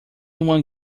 one